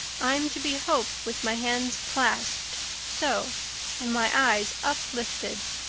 i'm to be hope, with my hands clasped so and my eyes uplifted.